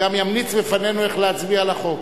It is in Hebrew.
וגם ימליץ בפנינו איך להצביע על החוק.